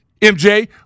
MJ